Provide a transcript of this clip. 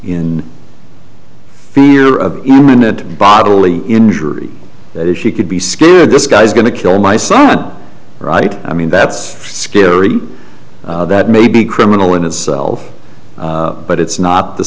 in fear of imminent bodily injury that she could be this guy's going to kill my son right i mean that's scary that may be criminal in itself but it's not the